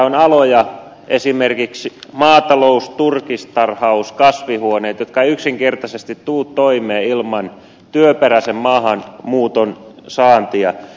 on aloja esimerkiksi maatalous turkistarhaus kasvihuoneet jotka eivät yksinkertaisesti tule toimeen ilman työperäisen maahanmuuton saantia